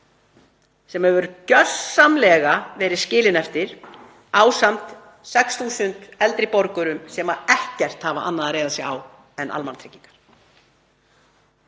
sem hefur gjörsamlega verið skilinn eftir ásamt 6.000 eldri borgurum sem ekkert hafa annað að reiða sig á en almannatryggingar.